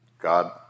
God